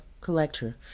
collector